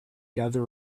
gather